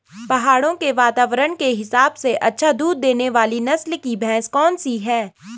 पहाड़ों के वातावरण के हिसाब से अच्छा दूध देने वाली नस्ल की भैंस कौन सी हैं?